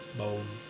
bone